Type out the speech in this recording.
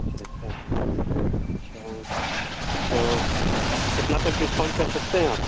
اچھا اچھا تو کتنا تک ڈسکاؤنٹ کر سکتے ہیں آپ